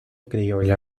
criolla